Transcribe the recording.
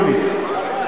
(קורא בשמות חברי הכנסת)